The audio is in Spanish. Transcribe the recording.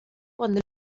cuando